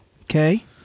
Okay